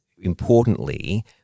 importantly